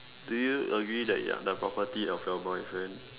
do you agree that you're the property of your boyfriend